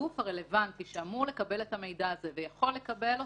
הגוף הרלוונטי שאמור לקבל את המידע הזה ויכול לקבל אותו,